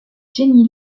jennie